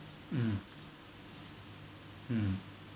mm mm